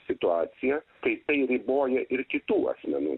situacija kai tai riboja ir kitų asmenų